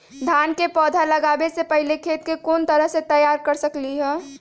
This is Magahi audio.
धान के पौधा लगाबे से पहिले खेत के कोन तरह से तैयार कर सकली ह?